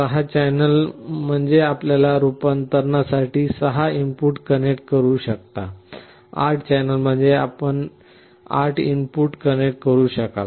6 channel म्हणजे आपण रुपांतरणासाठी 6 इनपुट कनेक्ट करू शकता 8 चॅनेल म्हणजे आपण 8 इनपुट कनेक्ट करू शकाल